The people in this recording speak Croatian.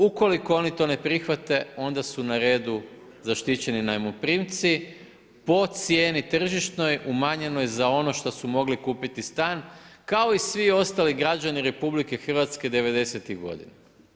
Ukoliko oni to ne prihvate onda su na redu zaštićeni najmoprimci po cijeni tržišnoj umanjenoj za ono što su mogli kupiti stan kao i svi ostali građani RH '90.-tih godina.